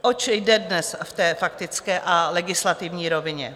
Oč jde dnes ve faktické a legislativní rovině?